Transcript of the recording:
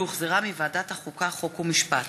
שהחזירה ועדת החוקה, חוק ומשפט.